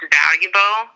valuable